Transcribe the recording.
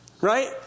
Right